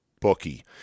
bookie